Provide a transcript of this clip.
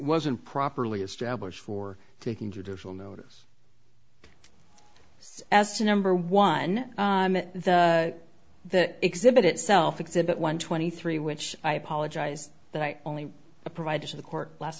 wasn't properly established for taking judicial notice so as to number one the exhibit itself exhibit one twenty three which i apologize that i only provided to the court last